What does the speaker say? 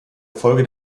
folge